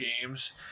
games